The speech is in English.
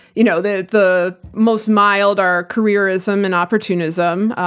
you know the the most mild are careerism and opportunism,